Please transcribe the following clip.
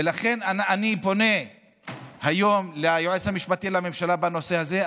ולכן אני פונה היום ליועץ המשפטי לממשלה בנושא הזה,